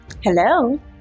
Hello